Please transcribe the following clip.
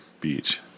beach